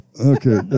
Okay